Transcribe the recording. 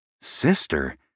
Sister